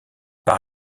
par